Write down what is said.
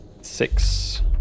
six